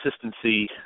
consistency